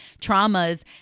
traumas